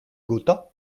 gotha